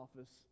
office